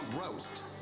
roast